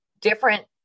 different